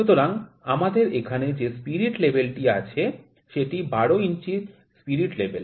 সুতরাং আমাদের এখানে যে স্পিরিট লেভেল টি আছে সেটি ১২ ইঞ্চির স্পিরিট লেভেল